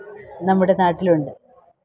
നമ്മുടെ നാട്ടിലുണ്ട്